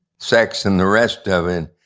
sex and the rest of it,